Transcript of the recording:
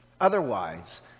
Otherwise